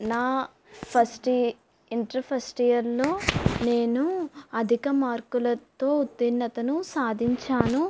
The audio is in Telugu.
నా ఫస్ట్ ఇంటర్ ఫస్ట్ ఇయర్ నేను అధిక మార్కులతో ఉతీర్ణతను సాధించాను